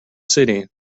city